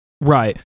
Right